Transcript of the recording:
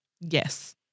Yes